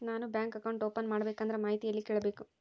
ನಾನು bank account open ಮಾಡಬೇಕಂದ್ರ ಮಾಹಿತಿ ಎಲ್ಲಿ ಕೇಳಬೇಕು?